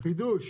חידוש.